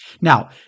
Now